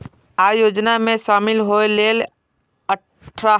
अय योजना मे शामिल होइ लेल अट्ठारह सं चालीस वर्ष धरि उम्र हेबाक चाही